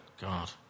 God